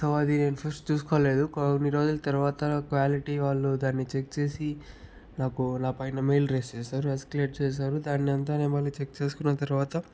so అది నేను first చూసుకులేదు కొన్ని రోజులు తర్వాత క్వాలిటీ వాళ్ళు దాన్ని చెక్ చేసి నాకు నా పైన మెయిల్ రైజ్ చేశారు ఎస్కలేట్ చేశారు దాన్నంతా నేను మళ్ళీచెక్ చేసుకున్న తర్వాత